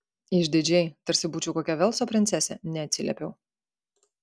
išdidžiai tarsi būčiau kokia velso princesė neatsiliepiau